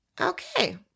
Okay